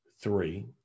three